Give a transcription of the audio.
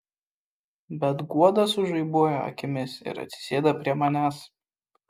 bet guoda sužaibuoja akimis ir atsisėda prie manęs